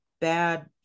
bad